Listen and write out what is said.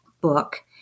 book